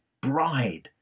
bride